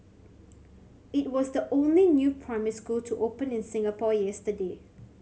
it was the only new primary school to open in Singapore yesterday